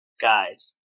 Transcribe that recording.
guys